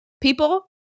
People